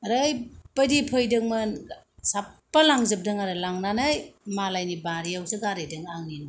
ओरै बायदि फैदोंमोन साफा लांजोबदों आरो लांनानै मालायनि बारिआवसो गारैदों आंनि न'खौ